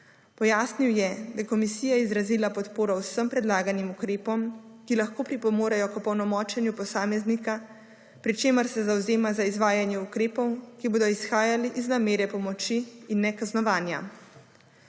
Pojasnil je, da je komisija izrazila podporo vsem predlaganim ukrepom, ki lahko pripomorejo k opolnomočenju posameznika, pri čemer se zavzema za izvajanje ukrepov, ki bodo izhajali iz namere pomoči in ne kaznovanja.